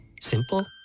Simple